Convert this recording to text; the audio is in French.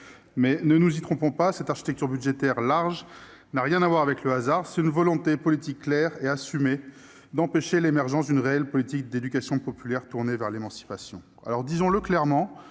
mais, ne nous y trompons pas, cette architecture budgétaire large ne doit rien au hasard. Elle traduit une volonté politique claire et assumée d'empêcher l'émergence d'une réelle politique d'éducation populaire tournée vers l'émancipation. Disons-le clairement,